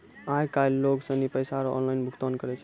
आय काइल लोग सनी पैसा रो ऑनलाइन भुगतान करै छै